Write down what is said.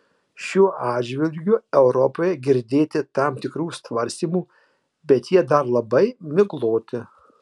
šiuo atžvilgiu europoje girdėti tam tikrų svarstymų bet jie dar labai migloti